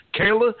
Kayla